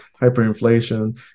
hyperinflation